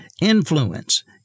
influence